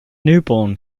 newborn